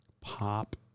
pop